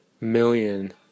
million